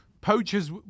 Poachers